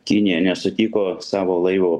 kinija nesutiko savo laivo